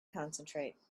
concentrate